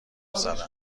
زدم